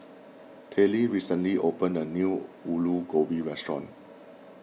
Tallie recently opened a new Ulu Gobi restaurant